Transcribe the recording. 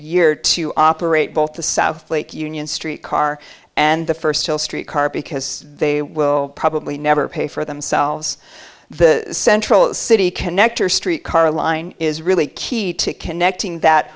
year to operate both the south lake union street car and the first street car because they will probably never pay for themselves the central city connector streetcar line is really key to connecting that